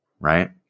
right